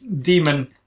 demon